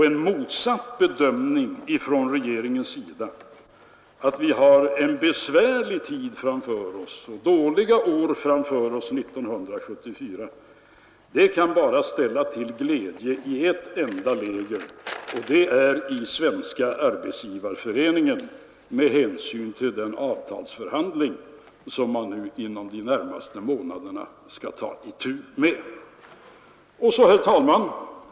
En motsatt bedömning från regeringens sida, att vi har en besvärlig tid och dåliga år framför oss 1974, kan bara ställa till glädje i ett enda läger. Det är i Svenska arbetsgivareföreningen med hänsyn till den avtalsförhandling som man nu de närmaste månaderna skall ta itu med. Herr talman!